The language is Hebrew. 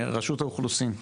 רשות האוכלוסין,